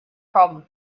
problem